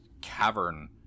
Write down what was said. cavern